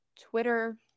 Twitter